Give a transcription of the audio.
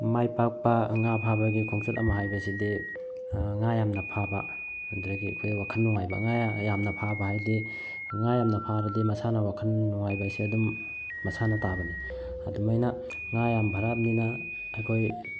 ꯃꯥꯏ ꯄꯥꯛꯄ ꯉꯥ ꯐꯥꯕꯒꯤ ꯈꯣꯡꯆꯠ ꯑꯃ ꯍꯥꯏꯕꯁꯤꯗꯤ ꯉꯥ ꯌꯥꯝꯅ ꯐꯥꯕ ꯑꯗꯨꯗꯒꯤ ꯑꯩꯈꯣꯏ ꯋꯥꯈꯟ ꯅꯨꯡꯉꯥꯏꯕ ꯉꯥ ꯌꯥꯝꯅ ꯐꯥꯕ ꯍꯥꯏꯗꯤ ꯉꯥ ꯌꯥꯝ ꯐꯥꯔꯗꯤ ꯃꯁꯥꯅ ꯋꯥꯈꯟ ꯅꯨꯡꯉꯥꯏꯕ ꯍꯥꯏꯁꯦ ꯑꯗꯨꯝ ꯃꯁꯥꯅ ꯇꯥꯕꯅꯤ ꯑꯗꯨꯃꯥꯏꯅ ꯉꯥ ꯌꯥꯝ ꯐꯥꯔꯛꯑꯕꯅꯤꯅ ꯑꯩꯈꯣꯏ